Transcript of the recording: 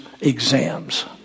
exams